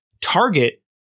target